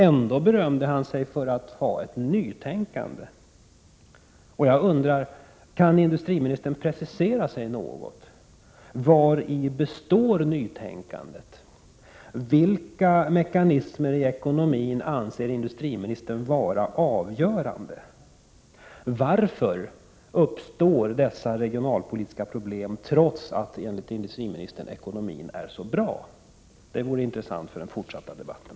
Ändå berömde han sig för att ha ett nytänkande. Jag undrar: Kan industriministern precisera sig något? Vari består nytänkandet? Vilka mekanismer i ekonomin anser industriministern vara avgörande? Varför uppstår dessa regionalpolitiska problem trots att, enligt industriministern, ekonomin är så bra? Ett svar vore intressant för den fortsatta debatten.